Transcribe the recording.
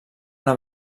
una